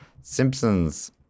Simpsons